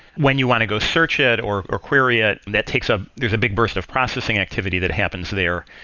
when you want to go search it or or query it, that takes up there's a big burst of processing activity that happens there.